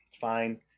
Fine